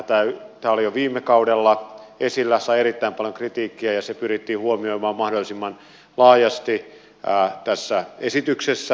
tämä oli jo viime kaudella esillä sai erittäin paljon kritiikkiä ja se pyrittiin huomioimaan mahdollisimman laajasti tässä esityksessä